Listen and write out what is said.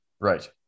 Right